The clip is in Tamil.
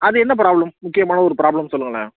அது என்ன ப்ராப்ளம் முக்கியமான ஒரு ப்ராப்ளம் சொல்லுங்களேன்